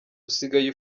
usigaye